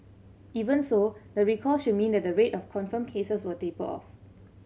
even so the recall should mean that the rate of confirmed cases will taper off